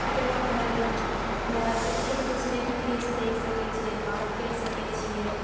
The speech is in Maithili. ओकरबाद भए गेलै मोबाइलसे एक दूसरेके फेस देखि सकैत छियै बात करि सकैत छियै